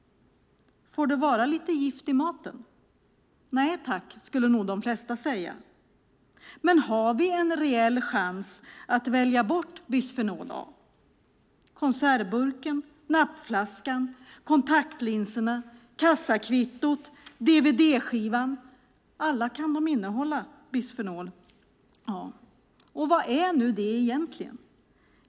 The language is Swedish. Får det vara lite gift i maten? Nej tack, skulle nog de flesta säga. Men har vi en reell chans att välja bort bisfenol A? Konservburken, nappflaskan, kontaktlinserna, kassakvittot, dvd-skivan - alla kan de innehålla bisfenol A. Och vad är nu det egentligen?